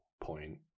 point